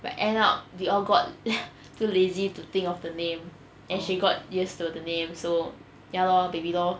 but end up we all got too lazy to think of the name and she got used to the name so ya lor baby lor